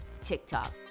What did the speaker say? TikTok